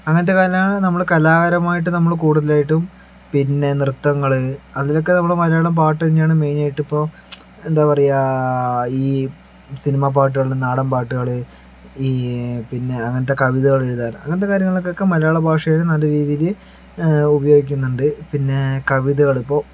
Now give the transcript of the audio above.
അങ്ങനത്തെ കാര്യങ്ങളാണ് നമ്മള് കലാപരമായിട്ടു നമ്മള് കൂടുതലായിട്ടും പിന്നെ നൃത്തങ്ങള് അതിനൊക്ക നമ്മുടെ മലയാളം പാട്ടു തന്നെയാണ് മെയിനായിട്ടു ഇപ്പോൾ എന്താ പറയുക ഈ സിനിമ പാട്ടുകള് നാടന് പാട്ടുകള് ഈ പിന്നെ അങ്ങനത്തെ കവിതകള് എഴുതാന് അങ്ങനത്തെ കാര്യങ്ങള്ക്കൊക്കെ മലയാളം ഭാഷയെ നല്ല രീതിയില് ഉപയോഗിക്കുന്നുണ്ട് പിന്നെ കവിതകള് ഇപ്പോൾ